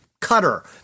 cutter